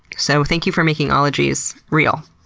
so thank you for making ologies real.